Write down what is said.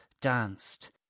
danced